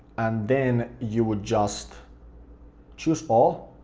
and then you will just choose all,